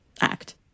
act